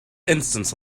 instance